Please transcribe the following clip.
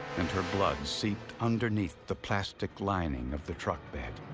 and her blood seeped underneath the plastic lining of the truck bed.